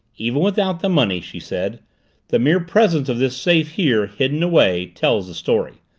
even without the money, she said the mere presence of this safe here, hidden away, tells the story.